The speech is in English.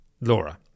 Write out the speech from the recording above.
Laura